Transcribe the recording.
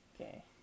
Okay